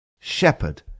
Shepherd